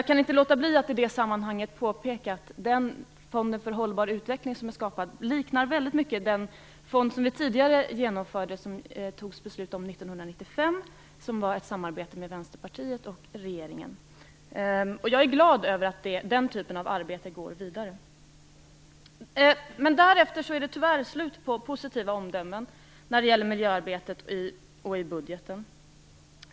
Jag kan inte låta bli att i det sammanhanget påpeka att den fond för hållbar utveckling som är skapad väldigt mycket liknar den fond som det fattades beslut om 1995. Det var ett samarbete mellan Vänsterpartiet och regeringen. Jag är glad över att den typen av arbete går vidare. Därefter är det tyvärr slut på positiva omdömen när det gäller miljöarbetet i budgeten.